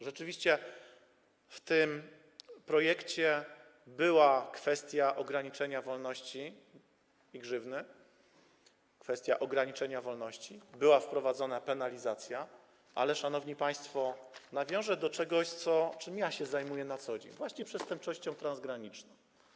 Rzeczywiście w tym projekcie była kwestia ograniczenia wolności i grzywny, kwestia ograniczenia wolności, była wprowadzona penalizacja, ale szanowni państwo, nawiążę do czegoś, czym zajmuję się na co dzień: właśnie przestępczością transgraniczną.